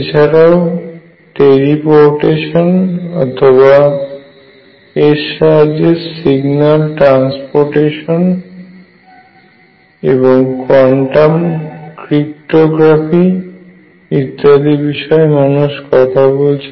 এছাড়াও টেলিপোর্টেশন অথবা এর সাহায্যে সিগনাল ট্রান্সপোর্টেশন এবং কোয়ান্টাম ক্রিপ্টোগ্রাফি ইত্যাদি বিষয়ে মানুষ কথা বলছে